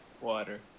Water